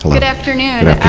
good afternoon,